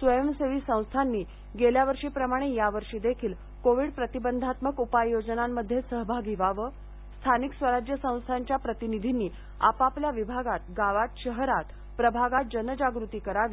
स्वयंसेवी संस्थांनी गेल्यावर्षी प्रमाणे या वर्षी देखील कोविड प्रतिबंधात्मक उपाययोजनामध्ये सहभागी व्हावं स्थानिक स्वराज्य संस्थांच्या प्रतिनिधींनी आपापल्या विभागात गावात शहरात प्रभागात जनजागृती करावी